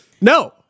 no